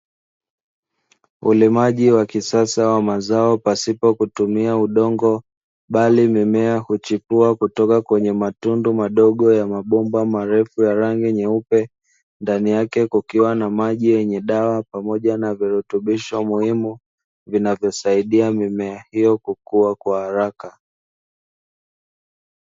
Ulimaji wa kisasa wa mazao pasipo kutumia udongo bali mimea huchipua kutoka kwenye matundu madogo ya mabomba marefu ya rangi nyeupe, ndani yake kukiwa na maji yenye dawa pamoja na virutubisho muhimu vinavyosaidia mimea hiyo kukua kwa haraka.